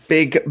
Big